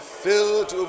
filled